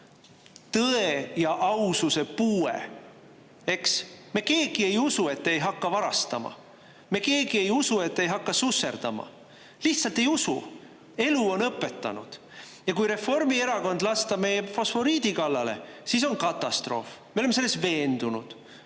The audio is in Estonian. tõe ja aususe puue, eks. Me keegi ei usu, et te ei hakka varastama. Me keegi ei usu, et te ei hakka susserdama. Lihtsalt ei usu, elu on õpetanud. Ja kui Reformierakond lasta meie fosforiidi kallale, siis on katastroof. Me oleme selles veendunud.